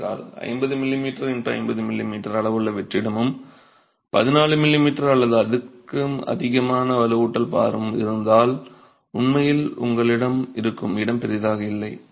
ஏனென்றால் 50 mm x 50 mm அளவுள்ள வெற்றிடமும் 14 mm அல்லது அதற்கும் அதிகமான வலுவூட்டல் பாரும் இருந்தால் உண்மையில் உங்களிடம் இருக்கும் இடம் பெரிதாக இல்லை